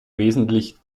wesentlich